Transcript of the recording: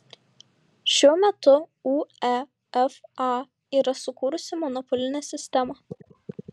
šiuo metu uefa yra sukūrusi monopolinę sistemą